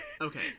Okay